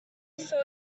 saw